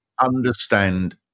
understand